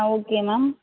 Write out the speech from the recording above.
ah okay ma'am